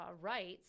rights